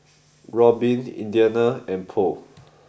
Robin Indiana and Bo